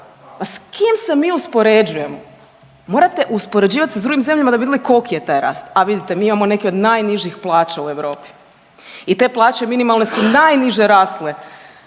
pa s kim se mi uspoređujemo. Morate uspoređivati s drugim zemljama da bi vidjeli koliko je taj rast, a vidite mi imamo neke od najnižih plaća u Europi i te plaće minimalne su najniže rasle